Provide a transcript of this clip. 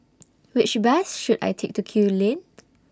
Which Bus should I Take to Kew Lane